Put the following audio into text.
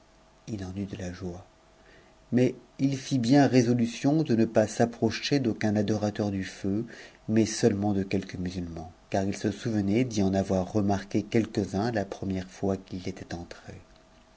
i en eut de la joie mais il fit bien résolu tion de ne pas s'approcher d'aucun adorateur du feu mais seulement df quelque musulman car il se souvenait d'y en avoir remarqué quelques uns la première fois qu'il y était entré